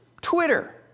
Twitter